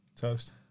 Toast